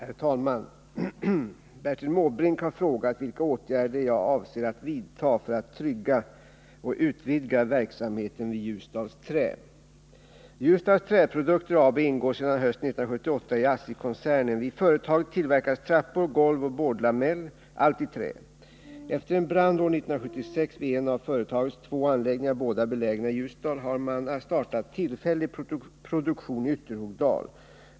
Herr talman! Bertil Måbrink har frågat vilka åtgärder jag avser att vidta för att trygga och utvidga verksamheten vid Ljusdals Trä. Ljusdals Träprodukter AB ingår sedan hösten 1978i ASSI-koncernen. Vid företaget tillverkas trappor, golv och boardlamell, allt i trä. Efter en brand år 1976 vid en av företagets två anläggningar, båda belägna i Ljusdal, har man startat tillfällig produktion i Ytterhogdal.